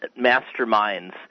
masterminds